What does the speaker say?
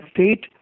state